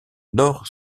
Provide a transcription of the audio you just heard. nord